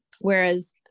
Whereas